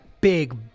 big